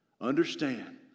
Understand